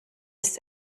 ist